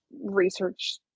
research